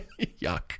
Yuck